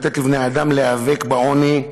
ולתת לבני-האדם להיאבק בעוני,